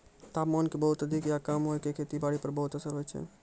तापमान के बहुत अधिक या कम होय के खेती बारी पर बहुत असर होय छै